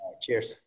Cheers